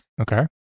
Okay